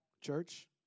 church